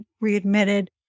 readmitted